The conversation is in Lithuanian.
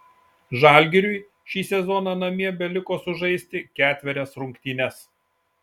žalgiriui šį sezoną namie beliko sužaisti ketverias rungtynes